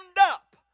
up